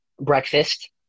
breakfast